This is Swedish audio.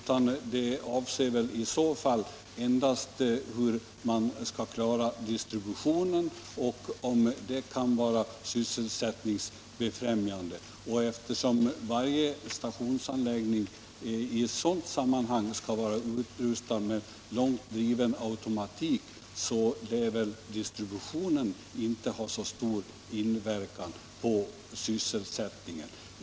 Vad det gäller är väl endast hur man skall klara distributionen, och eftersom varje stationsanläggning för detta ändamål skall vara utrustad med långt driven automatik, lär distributionen inte komma att ha så stor inverkan på sysselsättningen.